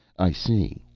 i see.